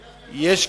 זה,